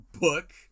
book